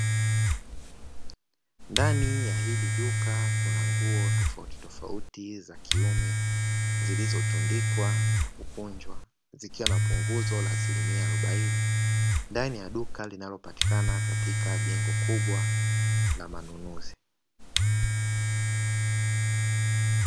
Ndani ya hili duka kuna nguo za kiume zimetundikwa na kukunjwa. Zikiwa na punguzo la asilimia arobaini, ndani ya duka linalopatikana katika jengo kubwa la manunuzi.